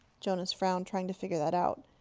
jonas frowned, trying to figure that out.